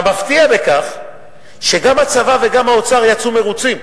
המפתיע בכך הוא שגם הצבא וגם האוצר יצאו מרוצים.